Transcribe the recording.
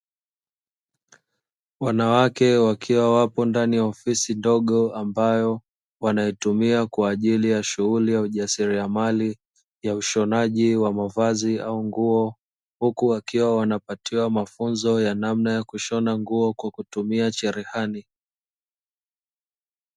Wanawake wakiwa wapo ndani ya ofisi ndogo, ambayo wanaitumia kwa shughuli ya ujasiriliamali ya ushonaji wa mavazi au nguo. Huku wakiwa wanapatiwa mafunzo, ya namana ya kushona nguo kwa kutumia cherehani.